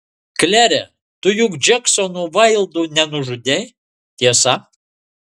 klere tu juk džeksono vaildo nenužudei tiesa